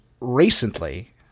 Recently